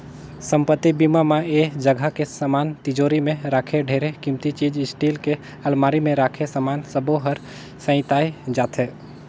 संपत्ति बीमा म ऐ जगह के समान तिजोरी मे राखे ढेरे किमती चीच स्टील के अलमारी मे राखे समान सबो हर सेंइताए जाथे